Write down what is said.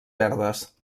verdes